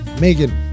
Megan